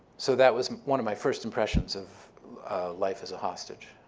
so that was one of my first impressions of life as a hostage.